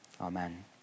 Amen